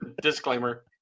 Disclaimer